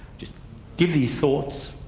just give these thoughts,